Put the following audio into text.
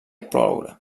ploure